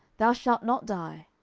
thou shalt not die.